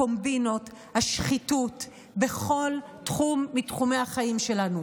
הקומבינות, השחיתות בכל תחום מתחומי החיים שלנו,